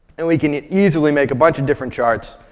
and we can easily make a bunch of different charts.